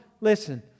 Listen